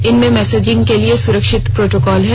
इसमें मैसेजिंग के लिए सुरक्षित प्रोटोकॉल हैं